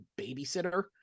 babysitter